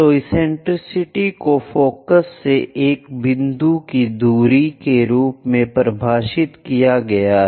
तो एसेंटेरिसिटी को फोकस से एक बिंदु की दूरी के रूप में परिभाषित किया गया है